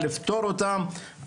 אני קוראת אותך לקריאה ראשונה,